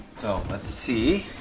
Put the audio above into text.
so, let's see.